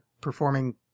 performing